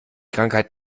krankheit